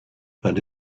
but